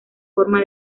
forma